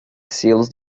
selos